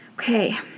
Okay